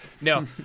No